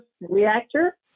reactor